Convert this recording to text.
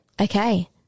Okay